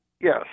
Yes